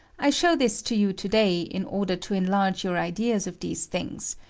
i show this to you to-day in order to enlarge your ideas of these things,